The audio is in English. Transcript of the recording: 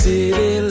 City